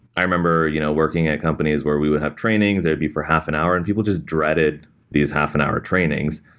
i remember you know working at companies where we would have trainings. it would be for half an hour, and people just dreaded these half an hour trainings,